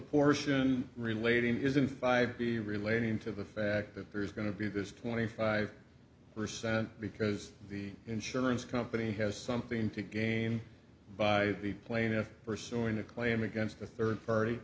portion relating isn't five be relating to the fact that there's going to be this twenty five percent because the insurance company has something to gain by the plaintiff pursuing a claim against a third party